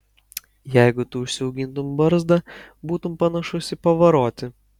jeigu tu užsiaugintum barzdą būtum panašus į pavarotį